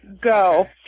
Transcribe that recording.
go